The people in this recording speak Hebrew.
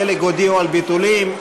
חלק הודיעו על ביטולים,